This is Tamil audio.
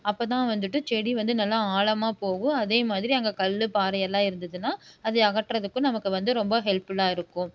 அப்போதான் வந்துட்டு செடி வந்து நல்லா ஆழமாக போகும் அதேமாதிரி அங்கே கல் பாறையெல்லாம் இருந்துதுனால் அதை அகற்றுறதுக்கும் நமக்கு வந்து ரொம்ப ஹெல்ப்ஃபுல்லாக இருக்கும்